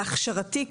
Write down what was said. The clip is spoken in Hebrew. בהכשרתי,